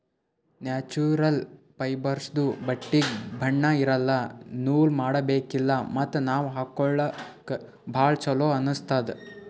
natural ಫೈಬರ್ಸ್ದು ಬಟ್ಟಿಗ್ ಬಣ್ಣಾ ಇರಲ್ಲ ನೂಲ್ ಮಾಡಬೇಕಿಲ್ಲ ಮತ್ತ್ ನಾವ್ ಹಾಕೊಳ್ಕ ಭಾಳ್ ಚೊಲೋ ಅನ್ನಸ್ತದ್